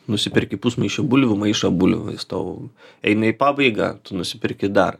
nusiperki pusmaišį bulvių maišą bulvių jis tau eina į pabaigą nusiperki dar